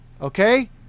Okay